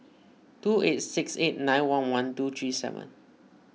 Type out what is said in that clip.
two eight six eight nine one one two three seven